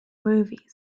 movies